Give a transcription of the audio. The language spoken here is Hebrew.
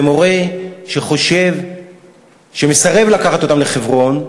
ומורה שמסרב לקחת אותם לחברון,